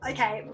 Okay